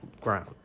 ground